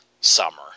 summer